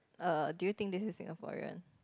err do you think this is Singaporean